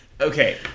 Okay